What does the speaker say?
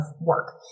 work